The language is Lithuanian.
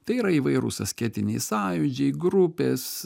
tai yra įvairūs asketiniai sąjūdžiai grupės